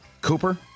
Cooper